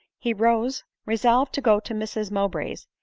he rose, resolved to go to mrs mowbray's,